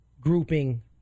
Grouping